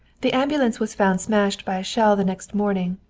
the ambulance was found smashed by a shell the next morning,